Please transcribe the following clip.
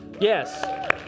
Yes